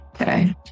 Okay